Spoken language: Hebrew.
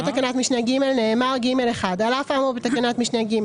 אחרי תקנת משנה (ג) נאמר: "(ג1) על אף האמור בתקנת משנה (ג),